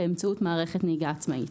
באמצעות מערכת נהיגה עצמאית.